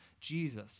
Jesus